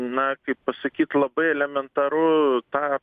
na kaip pasakyt labai elementaru tą